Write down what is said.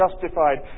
justified